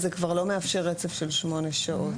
זה כבר לא מאפשר רצף של שמונה שעות.